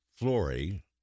Flory